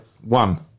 One